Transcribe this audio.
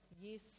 yes